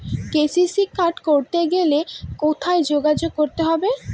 KCC card করতে হলে কোথায় যোগাযোগ করতে হবে?